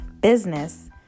business